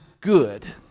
good